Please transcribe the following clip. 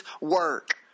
work